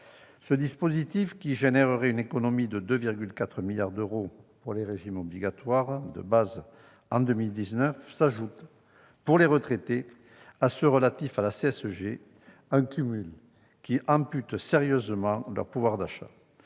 Ce dispositif, qui engendrerait une économie de 2,4 milliards d'euros pour les régimes obligatoires de base en 2019, s'ajoute, pour les retraités, à ceux qui sont relatifs à la CSG, un cumul amputant sérieusement leur pouvoir d'achat.